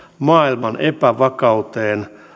maailman epävakaudesta